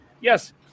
Yes